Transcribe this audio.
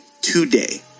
today